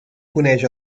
coneix